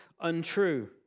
untrue